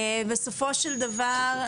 בסופו של דבר,